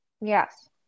Yes